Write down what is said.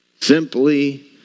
Simply